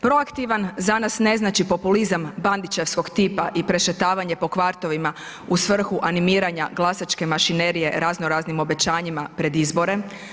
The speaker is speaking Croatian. Proaktivan za nas ne znači populizam Bandićevskog tipa i prešetavanje po kvartovima u svrhu animiranja glasačke mašinerije razno, raznim obećanjima pred izbore.